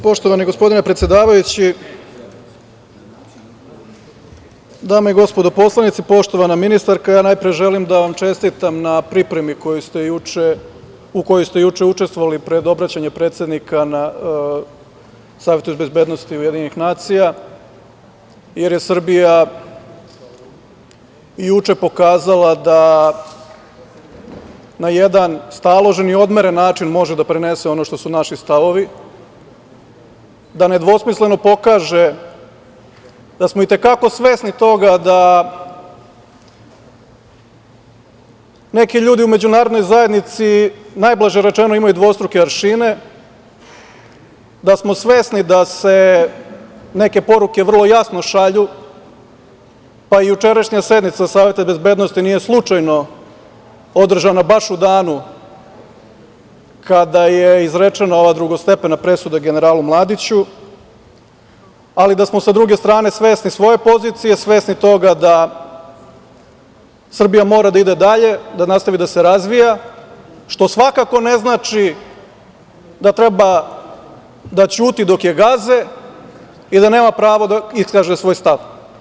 Poštovani gospodine predsedavajući, dame i gospodo poslanici, poštovana ministarka, najpre želim da vam čestitam na pripremi u kojoj ste juče učestvovali pred obraćanje predsednika na Savetu bezbednosti UN, jer je Srbija juče pokazala da na jedan staložen i odmeren način može da prenese ono što su naši stavovi, da nedvosmisleno pokaže da smo i te kako svesni toga da neki ljudi u međunarodnoj zajednici, najblaže rečeno, imaju dvostruke aršine, da smo svesni da se neke poruke vrlo jasno šalju, pa i jučerašnja sednica Saveta bezbednosti nije slučajno održana baš u danu kada je izrečena ova drugostepena presuda generalu Mladiću, ali da smo, sa druge strane, svesni svoje pozicije, svesni toga da Srbija mora da ide dalje, da nastavi da se razvija, što svakako ne znači da treba da ćuti dok je gaze i da nema pravo da iskaže svoj stav.